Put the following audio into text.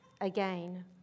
again